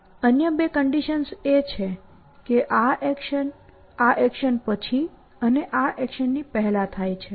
અન્ય બે કન્ડિશન્સ એ છે કે આ એક્શન આ એક્શન પછી અને આ એક્શન પહેલાં થાય છે